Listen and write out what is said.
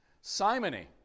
Simony